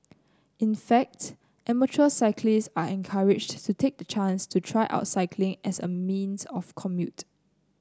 in fact amateur cyclists are encouraged to take the chance to try out cycling as a means of commute